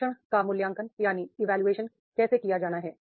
प्रशिक्षण का इवैल्यूएशन कैसे किया जाना चाहिए